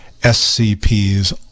scp's